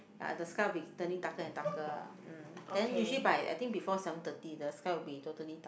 ya the sky will be turning darker darker um then usually by I think before seven thirty the sky will be totally dark